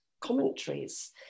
commentaries